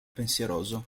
pensieroso